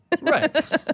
Right